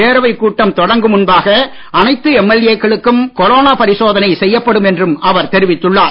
பேரவைக் கூட்டம் தொடங்கும் முன்பாக அனைத்து எம்எல்ஏ க்களுக்கும் கொரோனா பரிசோதனை செய்யப்படும் என்றும் அவர் தெரிவித்துள்ளார்